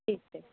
ਠੀਕ ਹੈ